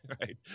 Right